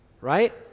right